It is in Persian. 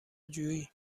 جویی